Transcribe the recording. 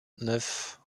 neuf